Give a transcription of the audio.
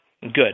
good